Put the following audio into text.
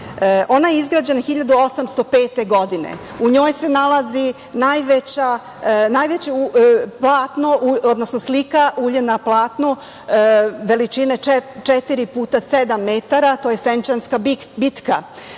Ona je izgrađena 1805. godine. U njoj se nalazi najveća slika, ulje na platnu, veličine 4 puta 7 metara, to je Senčanska bitka.